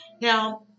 Now